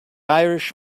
irish